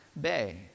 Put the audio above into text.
bay